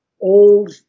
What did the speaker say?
old